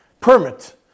permit